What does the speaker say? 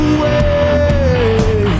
Away